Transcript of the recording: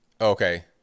Okay